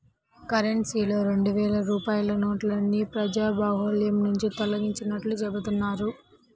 కరెన్సీలో రెండు వేల రూపాయల నోటుని ప్రజాబాహుల్యం నుంచి తొలగించినట్లు చెబుతున్నారు